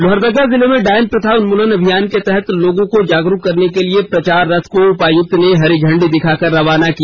लोहरदगा जिले में डायन प्रथा उन्मूलन अभियान के तहत लोगों को जागरुक करने के लिए प्रचार रथ को उपायुक्त ने हरी झंडी दिखाकर रवाना किया